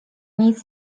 nic